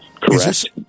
Correct